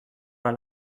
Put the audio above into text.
pas